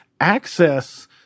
access